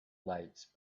lights